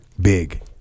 big